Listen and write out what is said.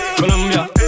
Colombia